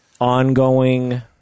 ongoing